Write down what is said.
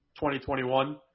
2021